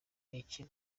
iki